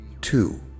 two